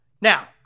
Now